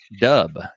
dub